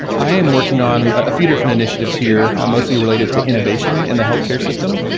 i'm working on a few different initiatives here, mostly related to innovation in the healthcare system.